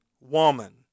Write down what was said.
woman